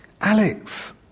Alex